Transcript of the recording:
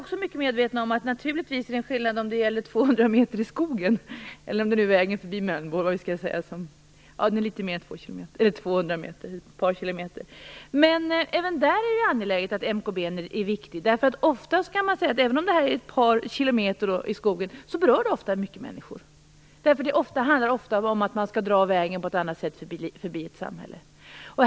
Jag är mycket medveten om att det naturligtvis är en annan sak om det gäller 200 meter väg i skogen - eller vägen förbi Mölnbo, som är litet längre än 200 meter, ungefär 2 kilometer - men även där är det angeläget att MKB:n är riktig. Även om det bara gäller ett par kilometer i skogen berör projekten ofta många människor, eftersom de ofta handlar om att en väg skall dras på ett nytt sätt förbi ett samhälle.